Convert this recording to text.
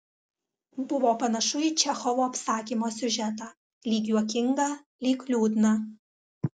buvo panašu į čechovo apsakymo siužetą lyg juokingą lyg liūdną